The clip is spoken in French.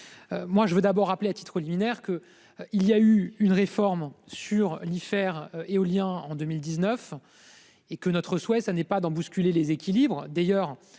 Moi je veux d'abord rappeler à titre liminaire que il y a eu une réforme sur l'IFER éolien en 2019. Et que notre souhait, ça n'est pas dans bousculer les équilibres,